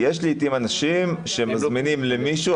יש לעתים אנשים שמזמינים למישהו,